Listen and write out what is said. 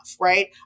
right